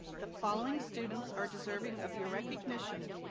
the following students are deserving of your recognition.